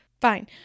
fine